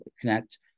Connect